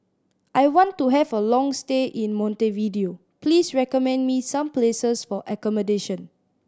I want to have a long stay in Montevideo please recommend me some places for accommodation